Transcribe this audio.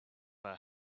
her